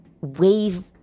wave